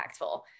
impactful